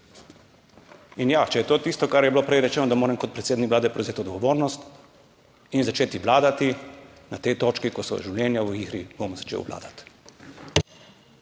Ja, če je to tisto, kar je bilo prej rečeno, da moram kot predsednik Vlade prevzeti odgovornost in začeti vladati na tej točki, ko so v igri življenja, bom začel vladati.